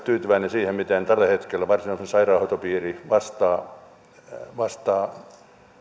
tyytyväinen siihen miten tällä hetkellä varsinais suomen sairaanhoitopiiri vastaa vastaa